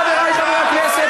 חברי חברי הכנסת,